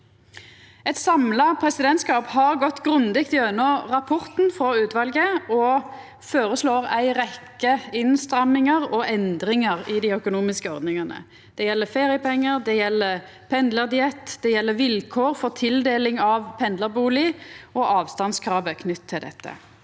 Eit samla presidentskap har gått grundig gjennom rapporten frå utvalet og føreslår ei rekkje innstrammingar og endringar i dei økonomiske ordningane. Det gjeld feriepengar, det gjeld pendlardiett, det gjeld vilkår for tildeling av pendlarbustad og avstandskravet knytt til dette.